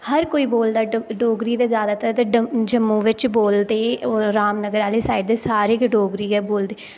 हर कोई बोलदा डोगरी ते ज्यादातर जम्मू बिच बोलदे रामनगर आह्ली साईड दे सारे गै डोगरी बोलदे